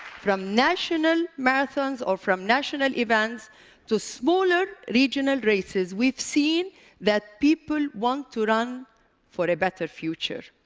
from national marathons or from national events to smaller regional races, we've seen that people want to run for a better future.